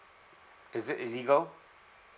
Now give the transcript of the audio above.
is it illegal